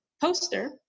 poster